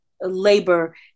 Labor